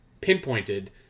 pinpointed